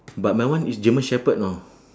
but my one is german shepherd know